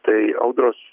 tai audros